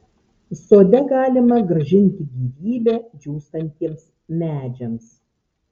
sode galima grąžinti gyvybę džiūstantiems medžiams